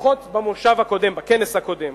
לפחות במושב הקודם, בכנס הקודם.